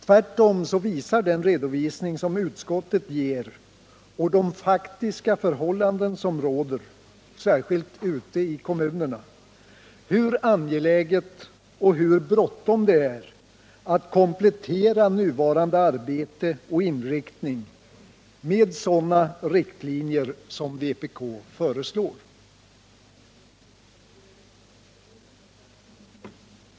Tvärtom åskådliggör den redovisning som utskottet ger och de faktiska förhållanden som råder ute i kommunerna hur angeläget och hur bråttom det är att komplettera nuvarande arbete och inriktning med sådana riktlinjer som vpk föreslår.